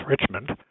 Richmond